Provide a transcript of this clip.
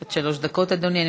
עד שלוש דקות, אדוני.